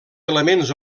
elements